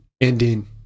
ending